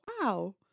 wow